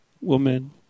woman